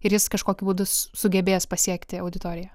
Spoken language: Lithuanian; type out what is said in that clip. ir jis kažkokiu būdu sugebės pasiekti auditoriją